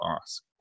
ask